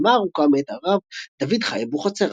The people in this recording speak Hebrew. הקדמה ארוכה מאת הרב דוד חי אבוחצירא.